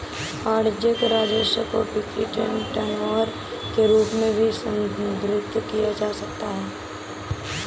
वाणिज्यिक राजस्व को बिक्री या टर्नओवर के रूप में भी संदर्भित किया जा सकता है